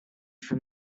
from